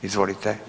Izvolite.